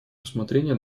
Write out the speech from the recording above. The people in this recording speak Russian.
рассмотрение